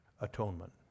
atonement